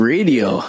Radio